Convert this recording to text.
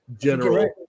general